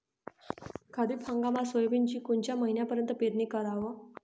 खरीप हंगामात सोयाबीनची कोनच्या महिन्यापर्यंत पेरनी कराव?